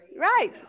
Right